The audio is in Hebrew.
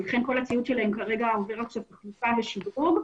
ולכן כל הציוד שלהם כרגע עובר תחלופה ושדרוג.